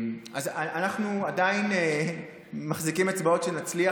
אז אנחנו עדיין מחזיקים אצבעות שנצליח